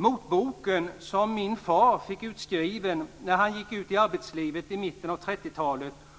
Motboken, som min far fick utskriven när han i mitten av 30-talet gick ut i arbetslivet